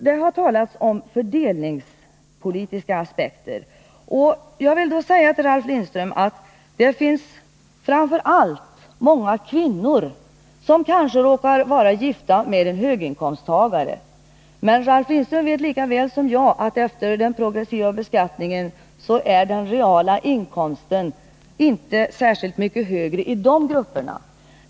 Det har talats om fördelningspolitiska aspekter, och jag vill säga till Ralf Lindström att det framför allt finns många kvinnor som råkar vara gifta med höginkomsttagare. Men Ralf Lindström vet lika väl som jag, att efter den Nr 47 progressiva beskattningen är inte den reala inkomsten särskilt mycket högre inom de grupperna.